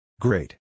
Great